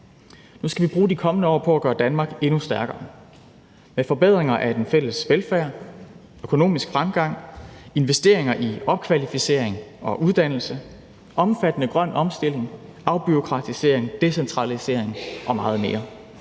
Nu skal vi bruge de kommende år på at gøre Danmark endnu stærkere med forbedringer af den fælles velfærd, økonomisk fremgang, investeringer i opkvalificering og uddannelse, omfattende grøn omstilling, afbureaukratisering, decentralisering og meget mere.